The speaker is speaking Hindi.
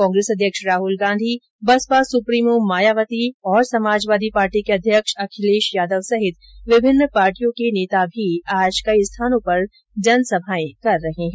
कांग्रेस अध्यक्ष राहुल गांधी बसपा सुप्रीमो मायावती और समाजवादी पार्टी के अध्यक्ष अखिलेश यादव सहित विभिन्न पार्टियों के नेता भी आज कई स्थानो पर जनसभाएं कर रहे है